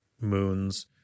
moons